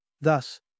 Thus